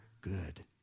good